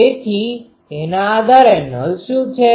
તેથી તેના આધારે નલ શું છે